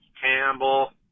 Campbell